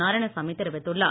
நாராயணசாமி தெரிவித்துள்ளார்